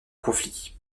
conflit